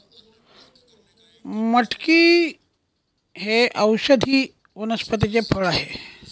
मटकी हे औषधी वनस्पतीचे फळ आहे